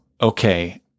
okay